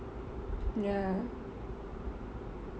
ya